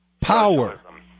power